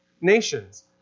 nations